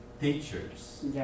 teachers